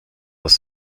was